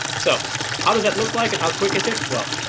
so how does that look like and how quick is it? well,